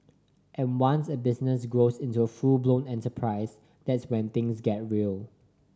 and once a business grows into a full blown enterprise that's when things get real